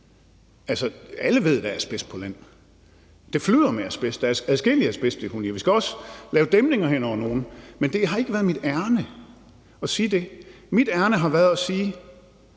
alle ved, at der er asbest på land. Det flyder med asbest. Der er adskillige asbestdeponier. Der skal også laves dæmninger hen over nogle. Men det har ikke været mit ærinde at sige det. Mit ærinde har været at sige: